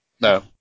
No